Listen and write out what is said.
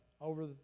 over